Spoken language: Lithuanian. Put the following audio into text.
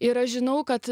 ir aš žinau kad